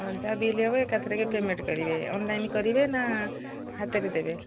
ହଁ ଯାହା ବିଲ୍ ହେବ ଏକାଥରେକେ ପେମେଣ୍ଟ କରିବେ ଅନଲାଇନ୍ କରିବେ ନା ହାତରେ ଦେବେ